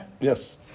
Yes